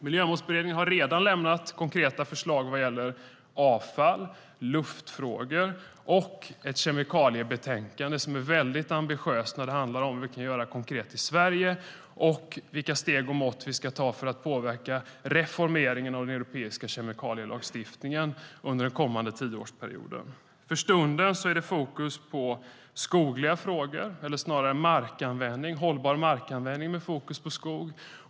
Miljömålsberedningen har redan lämnat konkreta förslag vad gäller avfalls och luftfrågor och lämnat ett kemikaliebetänkande som är väldigt ambitiöst när det handlar om vad vi kan göra konkret i Sverige och vilka mått och steg vi ska ta för att påverka reformeringen av den europeiska kemikalielagstiftningen under den kommande tioårsperioden. För stunden är det fokus på hållbar markanvändning när det gäller skog.